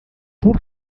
por